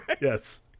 yes